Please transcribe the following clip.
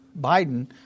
Biden